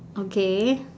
okay